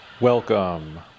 Welcome